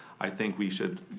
i think we should,